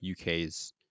uk's